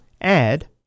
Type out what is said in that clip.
add